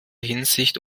hinsicht